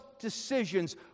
decisions